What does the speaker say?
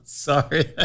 Sorry